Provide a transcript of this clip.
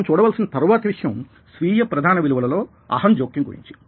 మనం చూడవలసిన తరువాతి విషయం స్వీయ ప్రధాన విలువలలో అహం యొక్క జోక్యం గురించి